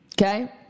Okay